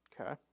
Okay